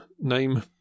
name